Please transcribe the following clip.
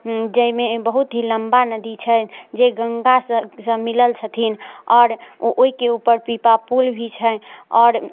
जाहिमे बहुत ही लम्बा नदी छथि जे गंगासँ सँ मिलल छथिन आओर ओहिके उपर पीपा पुल भी छै आओर